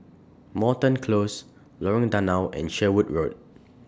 Moreton Close Lorong Danau and Sherwood Road